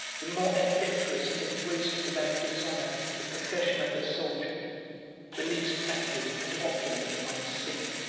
the more adventurous embraced without dishonor the profession of a soldier the least active and opulent might sink,